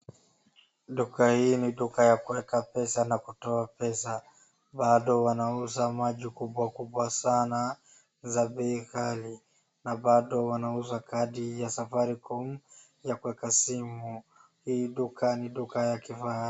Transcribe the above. Duka hii ni duka ya kuweka pesa na kutoa pesa. Bado wanauza maji kubwa kubwa sana za bei ghali na bado wanauza kadi ya Safaricom ya kuweka simu. Hii duka ni duka ya kifahari.